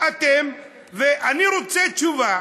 אני רוצה תשובה